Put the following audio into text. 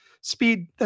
speed